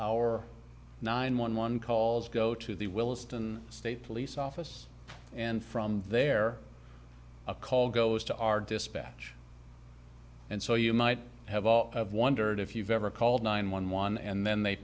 our nine one one calls go to the willesden state police office and from there a call goes to our dispatch and so you might have all of wondered if you've ever called nine one one and then they